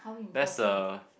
that's a